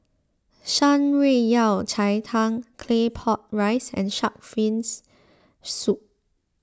Shan Rui Yao Cai Tang Claypot Rice and Shark's Fin Soup